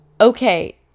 Okay